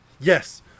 yes